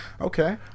Okay